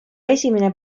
esimene